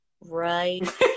Right